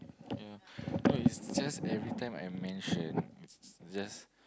ya no it's just everytime I mention it's just